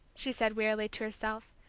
she said wearily to herself,